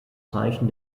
zeichen